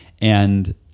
And-